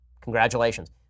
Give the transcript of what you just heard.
Congratulations